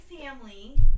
family